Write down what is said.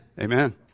Amen